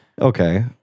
Okay